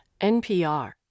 NPR